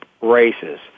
races